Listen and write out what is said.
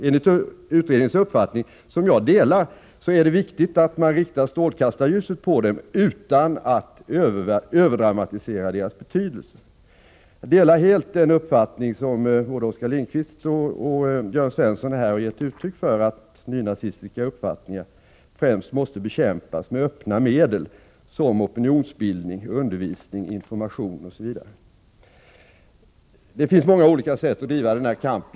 Enligt utredningens uppfattning, som jag delar, är det viktigt att man riktar strålkastarljuset på dem utan att överdramatisera deras betydelse. Jag delar helt den uppfattning som både Oskar Lindkvist och Jörn Svensson här gett uttryck för, nämligen att nynazistiska uppfattningar främst måste bekämpas med öppna medel, såsom opinionsbildning, undervisning, information osv. Det finns många olika sätt att driva den här kampen.